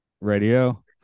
Radio